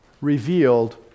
revealed